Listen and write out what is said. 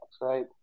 right